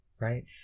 Right